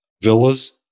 villas